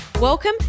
Welcome